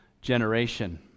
generation